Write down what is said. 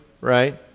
right